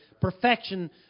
perfection